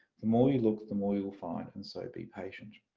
the more you look the more you'll find and so be patient.